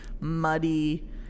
muddy